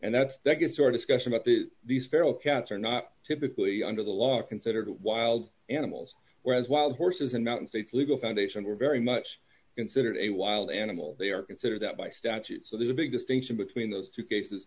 and that's that gets our discussion about these feral cats are not typically under the law are considered wild animals whereas wild horses and not safe legal foundation are very much considered a wild animal they are considered that by statute so there's a big distinction between those two cases